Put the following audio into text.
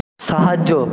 সাহায্য